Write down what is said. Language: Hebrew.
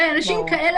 אנשים כאלה,